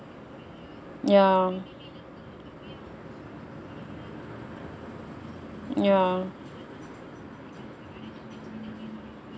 ya ya